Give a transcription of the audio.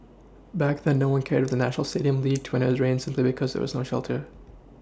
back then no one cared if the national Stadium leaked a drains simply because there was no shelter